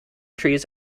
trees